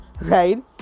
right